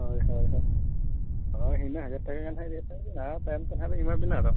ᱦᱳᱭ ᱦᱳᱭ ᱦᱳᱭ ᱦᱳᱭ ᱤᱱᱟᱹ ᱦᱟᱡᱟᱨ ᱴᱟᱠᱟ ᱜᱟᱱ ᱦᱟᱛᱟᱣ ᱵᱤᱱ ᱟᱨ ᱛᱟᱭᱚᱢᱛᱮ ᱱᱟᱦᱟᱞᱤᱧ ᱮᱢᱟᱵᱤᱱᱟ ᱟᱫᱚ